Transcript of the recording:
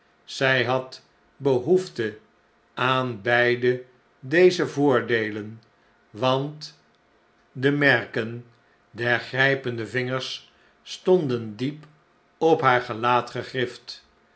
zij had behoefte aan beide deze voordeelen want de merken der grijpende vingers stonden diep op haar gelaat gegrift